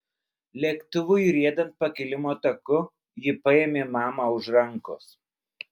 lėktuvui riedant pakilimo taku ji paėmė mamą už rankos